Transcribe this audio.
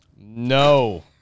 No